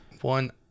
one